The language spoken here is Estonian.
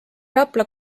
rapla